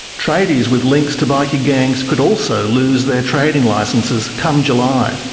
tradies with links to bikie gangs could also lose their trading licences come july.